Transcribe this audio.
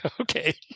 Okay